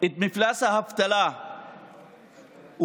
את מפלס האבטלה יבורך.